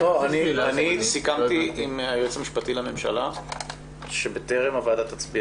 אני סיכמתי עם היועץ המשפטי לממשלה שבטרם הוועדה תצביע